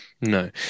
No